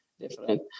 different